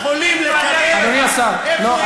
אדוני השר, לא.